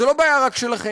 וזו לא בעיה רק שלכם,